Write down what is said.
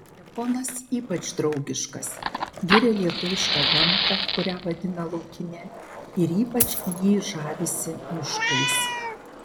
japonas ypač draugiškas giria lietuvišką gamtą kurią vadina laukine ir ypač jį žavisi miškais